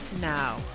now